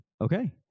Okay